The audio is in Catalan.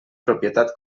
propietat